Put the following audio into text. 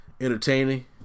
entertaining